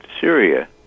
Syria